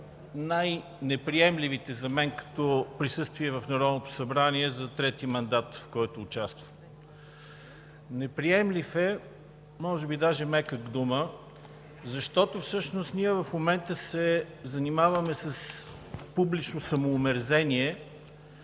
най-неприемливите за мен като присъствие в Народното събрание за третия мандат, в който участвам. Неприемлив е, може би даже е мека дума, защото всъщност в момента ние се занимаваме с публичното самоомерзение